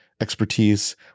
expertise